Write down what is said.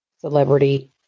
celebrity